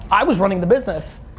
i was running the business.